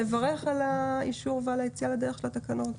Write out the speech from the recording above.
אני מברכת על האישור ועל היציאה לדרך של התקנות.